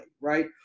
right